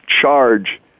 charge